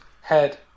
head